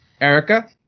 Erica